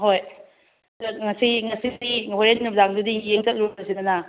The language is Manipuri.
ꯍꯣꯏ ꯉꯁꯤ ꯉꯁꯤꯗꯤ ꯍꯣꯔꯦꯟ ꯅꯨꯃꯤꯗꯥꯡꯗꯨꯗꯤ ꯌꯦꯡ ꯆꯠꯂꯨꯔꯁꯤꯗꯅ